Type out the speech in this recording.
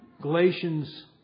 Galatians